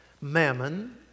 Mammon